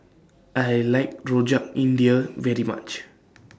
I like Rojak India very much